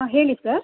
ಹಾಂ ಹೇಳಿ ಸರ್